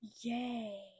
yay